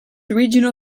regional